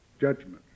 judgment